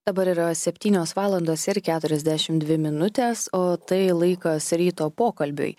dabar yra septynios valandos ir keturiasdešim dvi minutės o tai laikas ryto pokalbiui